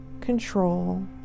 control